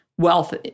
wealth